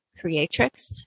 creatrix